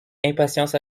impatience